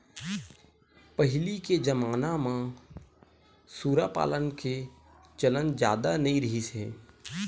पहिली के जमाना म सूरा पालन के चलन जादा नइ रिहिस हे